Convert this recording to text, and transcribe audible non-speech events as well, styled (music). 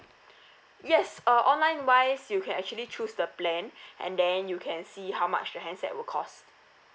(breath) yes uh online wise you can actually choose the plan (breath) and then you can see how much the handset will cost